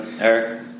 Eric